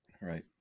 Right